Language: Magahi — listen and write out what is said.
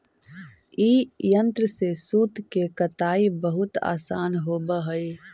ई यन्त्र से सूत के कताई बहुत आसान होवऽ हई